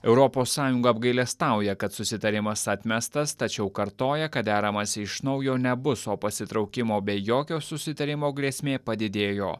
europos sąjunga apgailestauja kad susitarimas atmestas tačiau kartoja kad deramasi iš naujo nebus o pasitraukimo be jokio susitarimo grėsmė padidėjo